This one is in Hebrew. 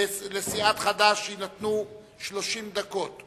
לסיעת חד"ש יינתנו 30 דקות,